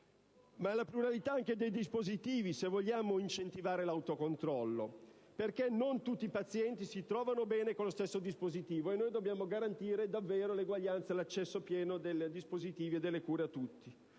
partito - ma anche dei dispositivi, se vogliamo incentivare l'autocontrollo perché non tutti i pazienti si trovano bene con lo stesso dispositivo e noi dobbiamo garantire davvero l'uguaglianza e l'accesso pieno ai dispositivi e alle cure a tutti.